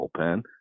bullpen